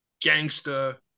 gangster